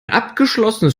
abgeschlossenes